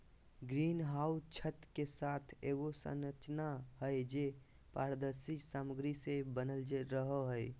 green house छत के साथ एगो संरचना हइ, जे पारदर्शी सामग्री से बनल रहो हइ